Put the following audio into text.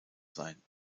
sein